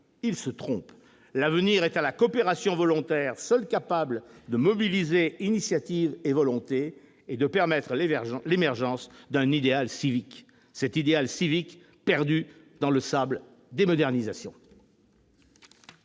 Ils se trompent : l'avenir est à la coopération volontaire, seule capable de mobiliser initiatives et volontés, et de permettre l'émergence d'un idéal civique, cet idéal civique perdu dans le sable des modernisations